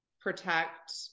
protect